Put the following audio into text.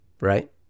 Right